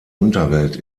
unterwelt